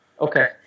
Okay